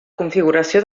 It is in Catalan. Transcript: configuració